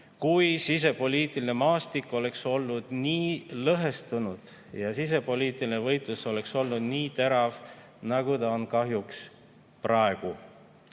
kui sisepoliitiline maastik oleks olnud nii lõhestunud ja sisepoliitiline võitlus oleks olnud nii terav, nagu see on kahjuks praegu. Toona,